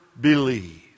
believe